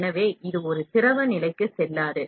எனவே இது ஒரு திரவ நிலைக்கு செல்லாது